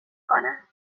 کنم